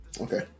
okay